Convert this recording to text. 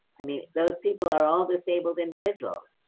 i mean, those people are all disabled individuals.